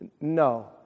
No